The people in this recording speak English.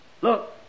Look